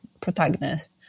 protagonist